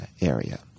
area